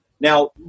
Now